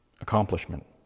accomplishment